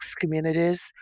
communities